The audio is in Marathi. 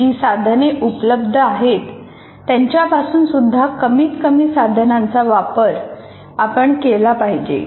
जी साधने उपलब्ध आहेत त्यांच्यातून सुद्धा कमीत कमी साधनांचा वापर आपण केला पाहिजे